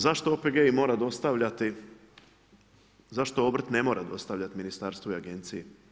Zašto OPG-i moraju dostavljati, zašto obrt ne mora dostavljati ministarstvu i agenciji.